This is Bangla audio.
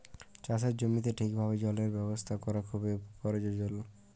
চাষের জমিতে ঠিকভাবে জলের ব্যবস্থা ক্যরা খুবই পরয়োজল